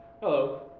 Hello